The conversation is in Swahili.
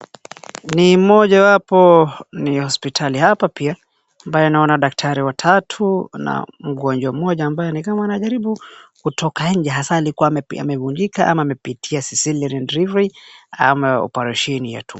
Ni mmoja wapo ni hospitali hapa pia ambaye naona daktari watatu na mgonjwa mmoja ambaye ni kama anajaribu kutoka nje hasaa alikua amevunjika ama amepitia cesarean delivery ama oparesheni ya tumbo.